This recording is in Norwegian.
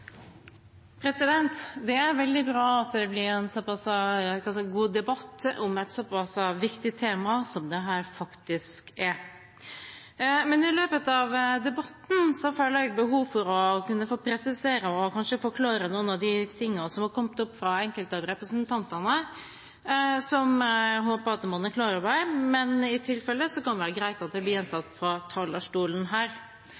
Stortinget. Det er veldig bra at det blir en såpass god debatt om et så viktig tema som dette faktisk er. I løpet av debatten føler jeg behov for å kunne få presisere og kanskje forklare noen av de tingene som er kommet opp fra enkelte av representantene, og som jeg håper at man er klar over – i tilfelle ikke kan det være greit at det blir